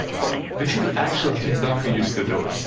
but this is actually tim duncan used to do it.